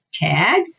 tag